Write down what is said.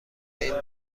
این